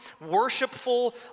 worshipful